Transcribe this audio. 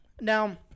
Now